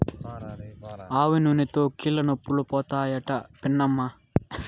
ఆవనూనెతో కీళ్లనొప్పులు పోతాయట పిన్నమ్మా